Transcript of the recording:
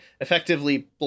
effectively